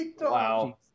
Wow